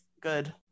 Good